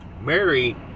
Mary